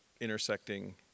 intersecting